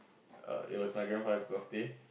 err it was my grandfather's birthday